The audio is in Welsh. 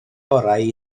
orau